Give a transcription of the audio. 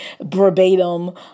verbatim